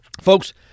Folks